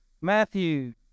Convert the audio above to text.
Matthew